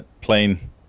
Plain